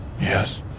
Yes